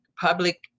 public